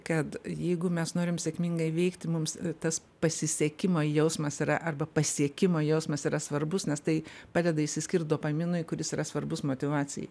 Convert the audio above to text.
kad jeigu mes norim sėkmingai veikti mums tas pasisekimo jausmas yra arba pasiekimo jausmas yra svarbus nes tai padeda išsiskirt dopaminui kuris yra svarbus motyvacijai